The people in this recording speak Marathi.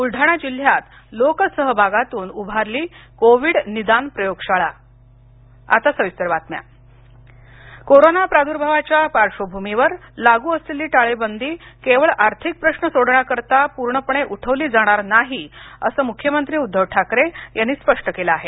बुलडाणा जिल्ह्यात लोक सहभागातून उभारली कोविड निदान प्रयोगशाळा आता सविस्तर बातम्या उद्धव ठाकरे कोरोना प्रादुर्भावाच्या पार्श्वभूमीवर लागू असलेली टाळेबंदी केवळ आर्थिक प्रश्न सोडवण्याकरता पूर्णपणे उठवली जाणार नाही असं मुख्यमंत्री उद्धव ठाकरे यांनी स्पष्ट केलं आहे